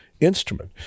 instrument